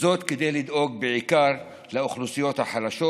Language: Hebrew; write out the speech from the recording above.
כדי לדאוג בעיקר לאוכלוסיות החלשות,